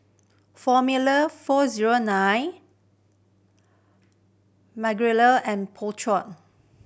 Formula Four Zero Nine Magnolia and Po Chai